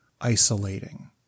isolating